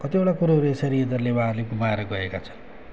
कतिवटा कुरोहरू यसरी यिनीहरूले उहाँहरू गुमाएर गएका छन्